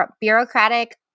bureaucratic